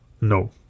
no